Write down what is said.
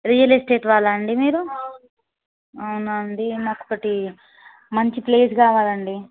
real estate వాళ్ళా అండి మీరు అవునా అండి మాకు ఒకటి మంచి ప్లేస్ కావాలి అండి